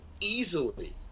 easily